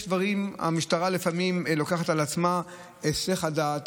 המשטרה לפעמים לוקחת על עצמה היסח הדעת,